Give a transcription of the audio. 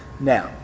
now